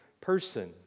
person